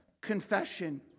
confession